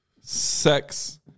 Sex